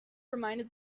reminded